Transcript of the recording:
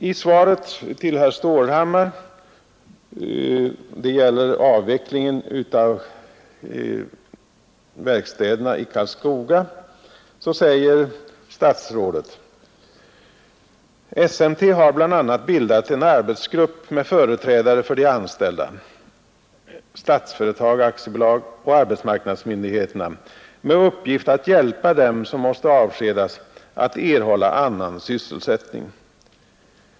I svaret till herr Stålhammar, som gäller avvecklingen av verkstäderna i Karlskoga, säger statsrådet: ”SMT har bl.a. bildat en arbetsgrupp med företrädare för de anställda, Statsföretag AB och arbetsmarknadsmyndigheterna med uppgift att hjälpa dem som måste avskedas att erhålla annan sysselsättning.